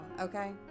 okay